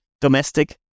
domestic